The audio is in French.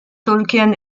tolkien